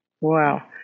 wow